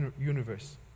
universe